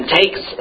takes